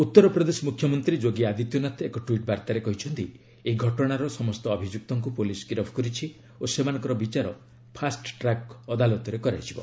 ଉତ୍ତରପ୍ରଦେଶ ମୁଖ୍ୟମନ୍ତ୍ରୀ ଯୋଗୀ ଆଦିତ୍ୟନାଥ ଏକ ଟ୍ୱିଟ୍ ବାର୍ତ୍ତାରେ କହିଛନ୍ତି ଏହି ଘଟଣାର ସମସ୍ତ ଅଭିଯୁକ୍ତଙ୍କୁ ପୋଲିସ୍ ଗିରଫ କରିଛି ଓ ସେମାନଙ୍କର ବିଚାର ଫାଷ୍ଟ୍ରାକ ଅଦାଲତରେ ହେବ